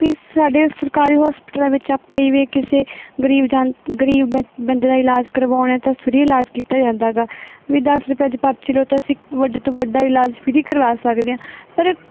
ਵੀ ਸਾਡੇ ਸਰਕਾਰੀ ਹੋਸਪੀਟਲਾਂ ਵਿੱਚ ਆਪਾਂ ਇਵੇਂ ਕਿਸੇ ਗਰੀਬ ਜਨਤਾ ਗਰੀਬ ਬੰਦੇ ਦਾ ਇਲਾਜ ਕਰਵਾਉਣਾ ਤਾਂ ਫ੍ਰੀ ਇਲਾਜ ਕੀਤਾ ਜਾਂਦਾ ਹੈਗਾ ਵੀ ਦਸ ਰੁਪਏ 'ਚ ਪਰਚੀ ਲਓ ਤਾਂ ਅਸੀਂ ਵੱਡੇ ਤੋਂ ਵੱਡਾ ਇਲਾਜ ਫ੍ਰੀ ਕਰਵਾ ਸਕਦੇ ਹਾਂ ਪਰ